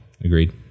Agreed